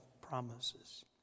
promises